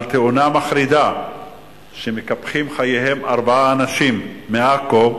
על תאונה מחרידה שמקפחים בה את חייהם ארבעה אנשים מעכו,